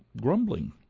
Grumbling